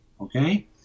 okay